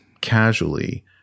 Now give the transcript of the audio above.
casually